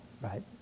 right